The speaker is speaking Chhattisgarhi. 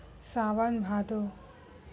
सावन भादो